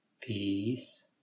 peace